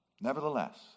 Nevertheless